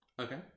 Okay